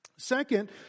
Second